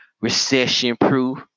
recession-proof